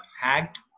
hacked